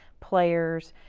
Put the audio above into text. players.